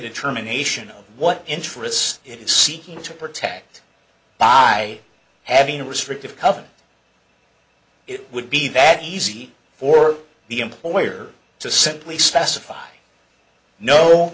determination of what interests it is seeking to protect by having a restrictive cover it would be that easy for the employer to simply s